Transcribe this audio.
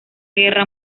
guerra